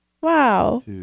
Wow